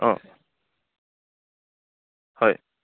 অঁ হয়